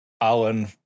Alan